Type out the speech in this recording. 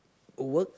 work